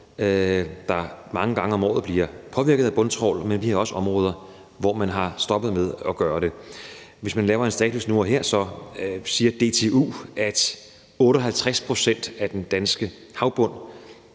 der mange gange om året bliver påvirket af bundtrawl, men vi har også områder, hvor man er stoppet med at gøre det. Hvis man laver en status nu her, så siger DTU, at 58 pct. af den danske havbund